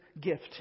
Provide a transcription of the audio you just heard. gift